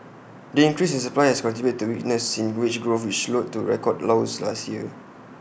the increase in supply has contributed to weakness in wage growth which slowed to record lows last year